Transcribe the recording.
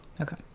Okay